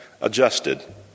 adjusted